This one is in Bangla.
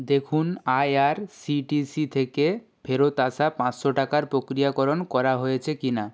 দেখুন I R C T C থেকে ফেরত আসা পাঁচশো টাকার প্রক্রিয়াকরণ করা হয়েছে কি না